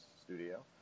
studio